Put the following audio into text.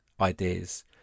ideas